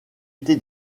été